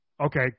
Okay